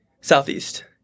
southeast